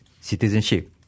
citizenship